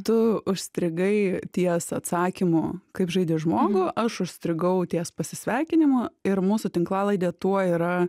tu užstrigai ties atsakymu kaip žaidi žmogų aš užstrigau ties pasisveikinimu ir mūsų tinklalaidė tuo yra